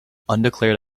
undeclared